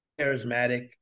charismatic